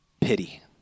pity